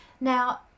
Now